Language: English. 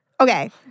Okay